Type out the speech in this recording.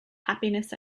happiness